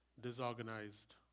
disorganized